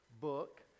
book